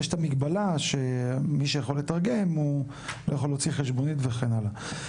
ויש את המגבלה שמי שיכול לתרגם הוא לא יכול להיות חשבונית וכן הלאה.